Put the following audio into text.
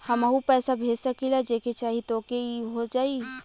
हमहू पैसा भेज सकीला जेके चाही तोके ई हो जाई?